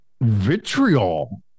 vitriol